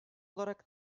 olarak